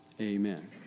Amen